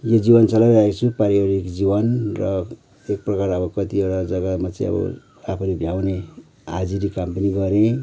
यो जीवन चलाइरहेको छु पारिवारिक जीवन र एकप्रकार अब कतिवटा जग्गामा चाहिँ आफूले भ्याउने हाजिरी काम पनि गरेँ